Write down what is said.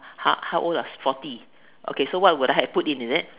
how how old ah forty okay so what will I put in is it